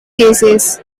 cases